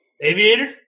Aviator